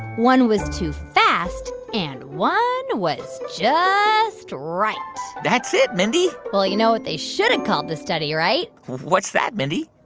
one was too fast and one was just right that's it, mindy well, you know what they should've called this study, right? what's that, mindy?